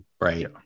right